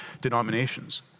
denominations